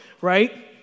right